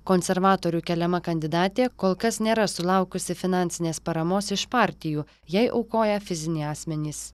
konservatorių keliama kandidatė kol kas nėra sulaukusi finansinės paramos iš partijų jai aukoja fiziniai asmenys